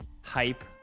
hype